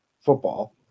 football